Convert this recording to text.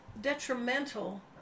detrimental